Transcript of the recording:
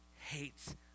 hates